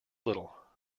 little